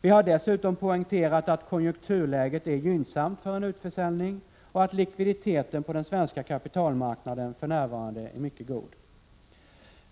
Vi har dessutom poängterat att konjunkturläget är gynnsamt för en Prot. 1986/87:134 utförsäljning och att likviditeten på den svenska kapitalmarknaden för 2 juni 1987 närvarande är mycket god.